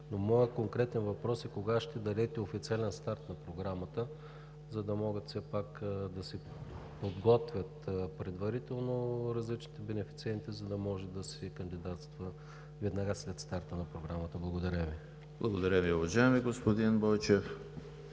Моят конкретен въпрос е: кога ще дадете официален старт на Програмата, за да могат все пак да се подготвят предварително различните бенефициенти, за да може да се кандидатства веднага след старта на Програмата? Благодаря Ви. ПРЕДСЕДАТЕЛ ЕМИЛ ХРИСТОВ: Благодаря Ви, уважаеми господин Бойчев.